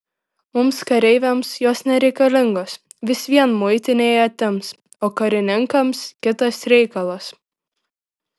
mums kareiviams jos nereikalingos vis vien muitinėje atims o karininkams kitas reikalas